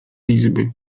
izby